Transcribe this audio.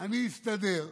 אני אסתדר.